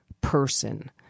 person